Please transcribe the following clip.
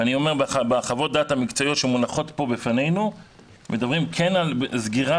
בחוות הדעת המקצועיות שמונחות פה בפנינו מדברים על סגירה